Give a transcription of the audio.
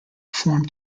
form